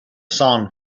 song